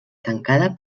tancada